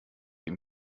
ihm